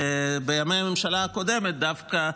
ובימי הממשלה הקודמת דווקא,